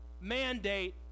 mandate